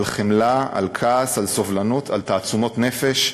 על חמלה, על כעס, על סובלנות, על תעצומות נפש,